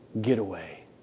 getaway